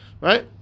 right